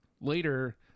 later